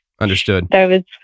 Understood